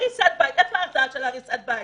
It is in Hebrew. הריסת בית איפה ההרתעה של הריסת בית?